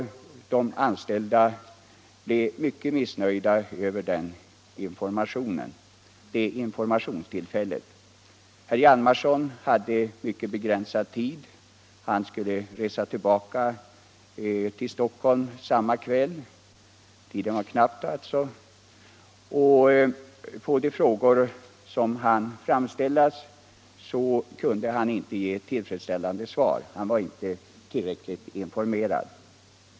De anställda blev mycket missnöjda med detta informationstillfälle. Herr Hjalmarsson hade mycket begränsad tid till sitt förfogande — han skulle resa tillbaka till Stockholm samma kväll. På de frågor som hann framställas kunde han inte ge något tillfredsställande svar, han var inte tillräckligt informerad.